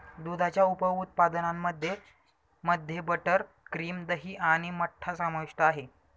दुधाच्या उप उत्पादनांमध्ये मध्ये बटर, क्रीम, दही आणि मठ्ठा समाविष्ट आहे